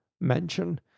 mention